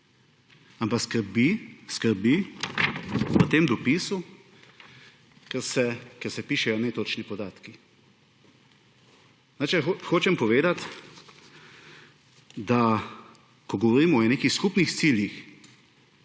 ampak skrbi zaradi tega dopisa, ker se pišejo netočni podatki. Hočem povedati, da ko govorimo o nekih skupnih ciljih,